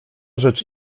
rzecz